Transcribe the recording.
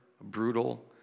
brutal